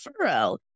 furrow